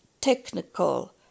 technical